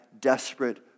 desperate